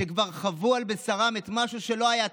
שכבר חוו על בשרם משהו שלא היה.